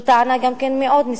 זאת גם טענה מאוד מסוכנת.